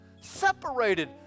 separated